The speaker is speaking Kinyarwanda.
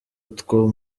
two